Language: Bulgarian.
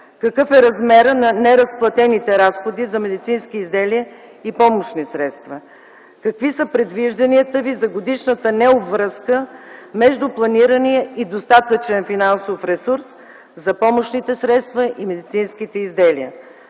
Какъв е размерът на неразплатените разходи за медицински изделия и помощни средства? Какви са предвижданията Ви за годишната необвръзка между планирания и достатъчен финансов ресурс за помощните средства и медицинските изделия?